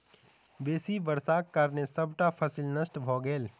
बेसी वर्षाक कारणें सबटा फसिल नष्ट भ गेल